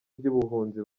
by’ubuhunzi